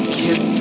kiss